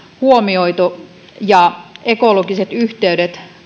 huomioitu samoin ekologiset yhteydet